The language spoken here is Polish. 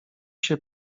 się